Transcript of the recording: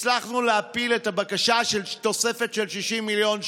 הצלחנו להפיל את הבקשה של תוספת של 60 מיליון שקל.